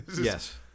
Yes